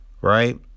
Right